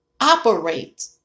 operate